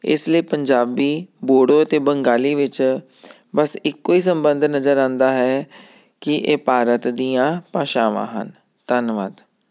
ਇਸ ਲਈ ਪੰਜਾਬੀ ਬੋਡੋ ਅਤੇ ਬੰਗਾਲੀ ਵਿੱਚ ਬਸ ਇੱਕੋ ਹੀ ਸੰਬੰਧ ਨਜ਼ਰ ਆਉਂਦਾ ਹੈ ਕਿ ਇਹ ਭਾਰਤ ਦੀਆਂ ਭਾਸ਼ਾਵਾਂ ਹਨ ਧੰਨਵਾਦ